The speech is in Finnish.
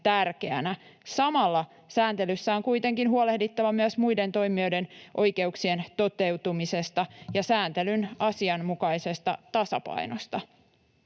Samalla sääntelyssä on kuitenkin huolehdittava myös muiden toimijoiden oikeuksien toteutumisesta ja sääntelyn asianmukaisesta tasapainosta.